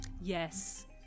Yes